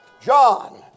John